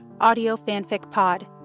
audiofanficpod